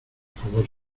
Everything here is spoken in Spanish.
favor